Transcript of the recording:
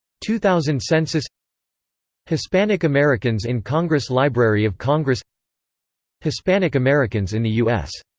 two thousand census hispanic americans in congress library of congress hispanic americans in the u s.